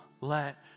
let